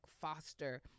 foster